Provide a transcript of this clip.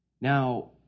Now